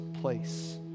place